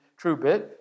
truebit